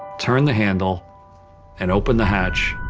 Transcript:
turn the handle and open the hatch.